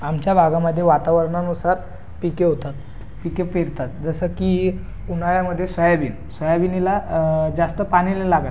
आमच्या भागामध्ये वातावरणानुसार पिके होतात पिके पेरतात जसं की उन्हाळ्यामध्ये सोयाबीन सोयाबिनीला जास्त पाणी नाही लागत